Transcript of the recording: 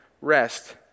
rest